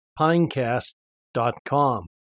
Pinecast.com